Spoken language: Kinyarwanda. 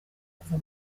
kuva